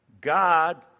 God